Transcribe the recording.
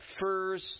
furs